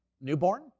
newborn